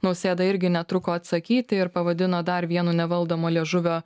nausėda irgi netruko atsakyti ir pavadino dar vienu nevaldomo liežuvio